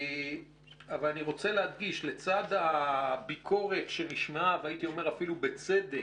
אבל אני רוצה להדגיש: לצד הביקורת שנשמעה אפילו בצדק,